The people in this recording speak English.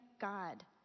God